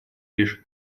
лишь